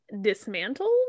dismantled